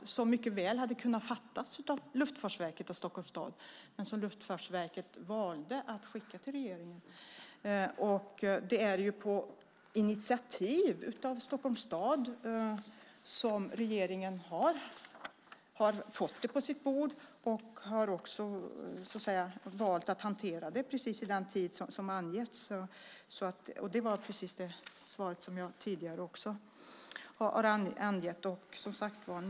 Beslutet hade mycket väl kunnat fattas av Luftfartsverket och Stockholms stad, men Luftfartsverket valde att skicka detta till regeringen. Det är på initiativ av Stockholms stad som regeringen har fått det på sitt bord. Regeringen har valt att hantera det i precis den tid som har angetts. Det är det svar som jag har avgett också tidigare.